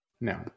No